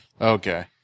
Okay